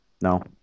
No